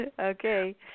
Okay